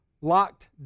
locked